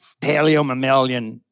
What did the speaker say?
paleomammalian